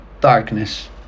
darkness